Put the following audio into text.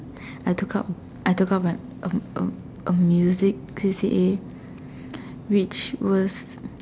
I took up I took up an a a a music C_C_A which was